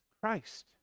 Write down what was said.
Christ